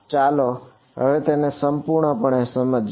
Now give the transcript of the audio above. ચાલો હવે તેને સંપૂર્ણ સમજીએ